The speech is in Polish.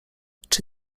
czy